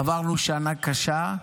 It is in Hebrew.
עברנו שנה קשה.